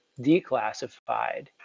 declassified